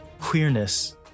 queerness